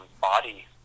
body